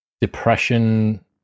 depression